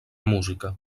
música